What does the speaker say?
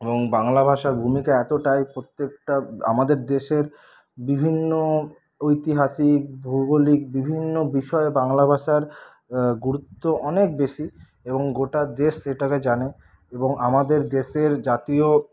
এবং বাংলা ভাষার ভূমিকা এতটাই প্রত্যেকটা আমাদের দেশের বিভিন্ন ঐতিহাসিক ভৌগোলিক বিভিন্ন বিষয়ে বাংলা ভাষার গুরুত্ব অনেক বেশি এবং গোটা দেশ সেটাকে জানে এবং আমাদের দেশের জাতীয়